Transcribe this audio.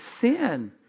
sin